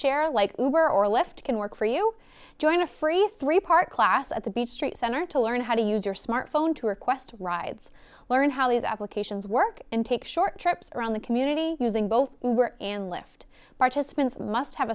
share like you were or left can work for you join a free three part class at the beach street center to learn how to use your smartphone to request rides learn how these applications work and take short trips around the community using both and lift participants must have